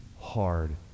hard